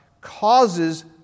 causes